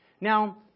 Now